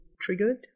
triggered